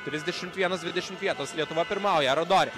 trisdešimt vienas dvidešimt vietos lietuva pirmauja aradori